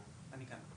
(הצגת מצגת)